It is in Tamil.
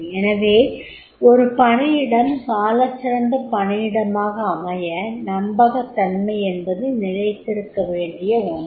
எனவே ஒரு பணியிடம் சாலச்சிறந்த பணியிடமாக அமைய நம்பகத்தன்மை என்பது நிலைத்திருக்கவேண்டிய ஒன்று